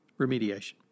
remediation